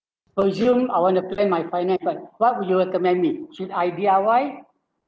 presume I want to plan my finance but what would you recommend me should I D_I_Y